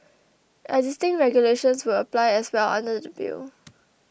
existing regulations will apply as well under the bill